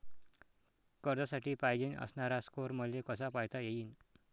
कर्जासाठी पायजेन असणारा स्कोर मले कसा पायता येईन?